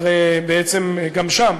גם שם,